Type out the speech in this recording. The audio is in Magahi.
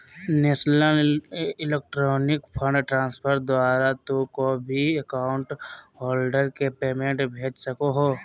नेशनल इलेक्ट्रॉनिक फंड ट्रांसफर द्वारा तू कोय भी अकाउंट होल्डर के पेमेंट भेज सको हो